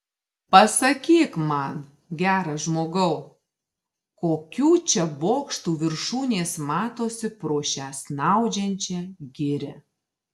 pasakyk man geras žmogau kokių čia bokštų viršūnės matosi pro šią snaudžiančią girią